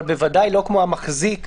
אבל בוודאי לא כמו המחזיק שהוא,